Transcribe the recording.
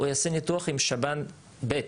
הוא יעשה ניתוח עם שב"ן ב'.